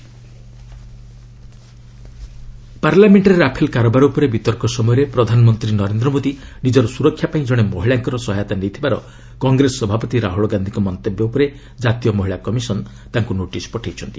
ଏନ୍ସିଡବ୍ଲ୍ ରାହୁଳ ପାର୍ଲାମେଣ୍ଟରେ ରାଫେଲ କାରବାର ଉପରେ ବିତର୍କ ସମୟରେ ପ୍ରଧାନମନ୍ତ୍ରୀ ନରେନ୍ଦ୍ର ମୋଦି ନିଜର ସ୍ୱରକ୍ଷା ପାଇଁ ଜଣେ ମହିଳାଙ୍କର ସହାୟତା ନେଇଥିବାର କଂଗ୍ରେସ ସଭାପତି ରାହୁଳ ଗାନ୍ଧିଙ୍କ ମନ୍ତବ୍ୟ ଉପରେ ଜାତୀୟ ମହିଳା କମିଶନ୍ ତାଙ୍କୁ ନୋଟିସ୍ ପଠାଇଛନ୍ତି